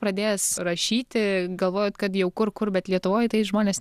pradėjęs rašyti galvojote kad jau kur kur bet lietuvoj tai žmonės